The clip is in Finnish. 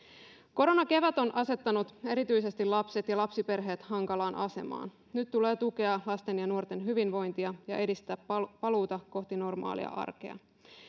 koronakevät on asettanut erityisesti lapset ja lapsiperheet hankalaan asemaan nyt tulee tukea lasten ja nuorten hyvinvointia ja edistää paluuta paluuta kohti normaalia arkea